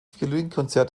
violinkonzert